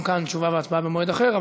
גם כאן תשובה והצבעה במועד אחר.